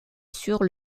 sur